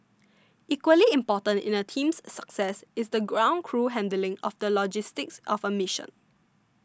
equally important in a team's success is the ground crew handling of the logistics of a mission